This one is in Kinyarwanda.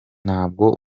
ntabwo